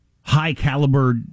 high-caliber